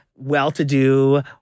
well-to-do